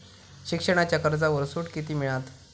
शिक्षणाच्या कर्जावर सूट किती मिळात?